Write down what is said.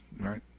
Right